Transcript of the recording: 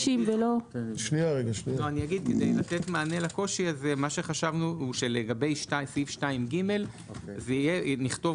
כדי לתת מענה לקושי הזה חשבנו שלגבי סעיף 2(ג) נכתוב